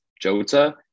Jota